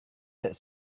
that